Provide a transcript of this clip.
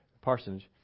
parsonage